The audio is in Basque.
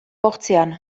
bostean